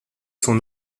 son